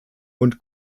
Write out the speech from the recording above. und